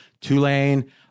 Tulane